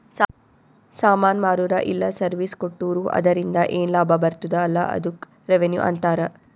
ಸಾಮಾನ್ ಮಾರುರ ಇಲ್ಲ ಸರ್ವೀಸ್ ಕೊಟ್ಟೂರು ಅದುರಿಂದ ಏನ್ ಲಾಭ ಬರ್ತುದ ಅಲಾ ಅದ್ದುಕ್ ರೆವೆನ್ಯೂ ಅಂತಾರ